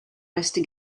rusty